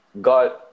God